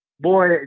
Boy